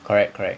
correct correct